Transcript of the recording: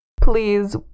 Please